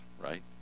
right